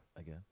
Again